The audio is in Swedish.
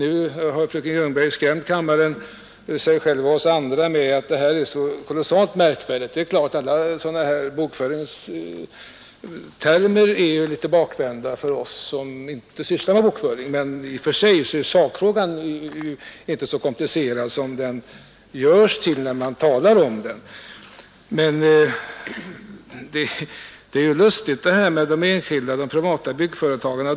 Nu har fröken Ljungberg skrämt upp både sig själv och oss här i kammaren genom att säga att detta är så oerhört märkvärdiga saker. Det är klart att alla bokföringstermer är litet svårbegripliga för oss som annars inte sysslar med bokföring, men själva sakfrågan är inte så komplicerad som den verkar när man här talar om den. Det är också lustigt med de privata byggföretagarna.